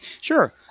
Sure